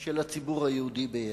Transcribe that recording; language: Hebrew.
של הציבור היהודי ביש"ע.